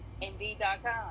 Indeed.com